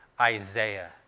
Isaiah